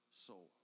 soul